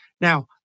Now